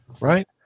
right